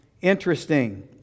interesting